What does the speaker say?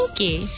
Okay